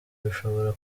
bishobora